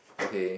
okay